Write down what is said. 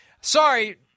sorry